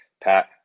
Pat